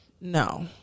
no